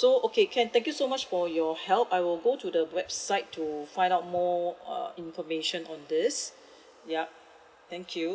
so okay can thank you so much for your help I will go to the website to find out more uh information on this yup thank you